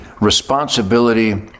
responsibility